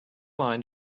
line